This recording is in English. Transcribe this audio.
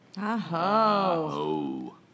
Aho